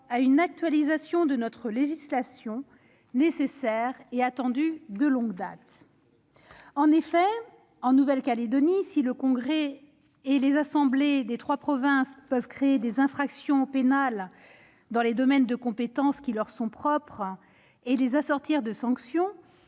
à une actualisation de notre législation qui était nécessaire et attendue de longue date. En effet, en Nouvelle-Calédonie, si le Congrès et les assemblées des trois provinces peuvent créer des infractions pénales dans les domaines de compétences qui leur sont propres et les assortir de sanctions,